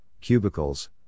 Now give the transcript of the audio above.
cubicles